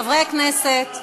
חברי הכנסת,